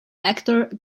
actor